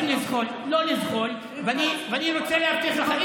ואני רוצה להבטיח לך,